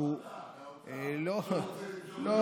לא אתה, האוצר.